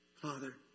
Father